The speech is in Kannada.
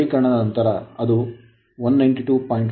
ಸರಳೀಕರಣದ ನಂತರ ಅದು 192